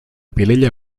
vilella